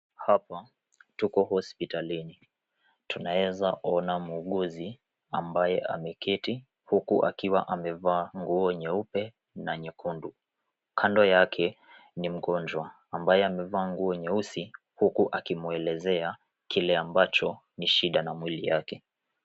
Hapa tuko hospitalini. Tunaweza ona muuguzi ambaye ameketi huku akiwa amevaa nguo nyeupe na nyekundu. Kando yake ni mgonjwa ambaye amevaa nguo nyeusi huku akimwelezea kile ambacho ni shida na mwili yake.